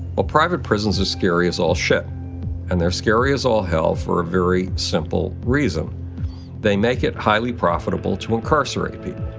well, private prison is as scary as all shit and they're scary as hell for a very simple reason they make it highly profitable to incarcerate people.